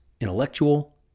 intellectual